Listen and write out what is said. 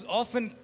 often